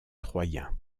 troyen